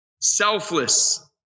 selfless